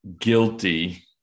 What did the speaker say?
guilty